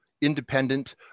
independent